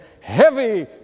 heavy